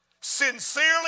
sincerely